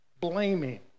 blaming